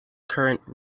current